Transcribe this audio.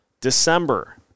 December